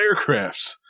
aircrafts